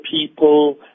people